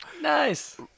Nice